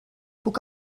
puc